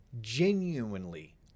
genuinely